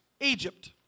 Egypt